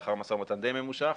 לאחר משא ומתן די ממושך,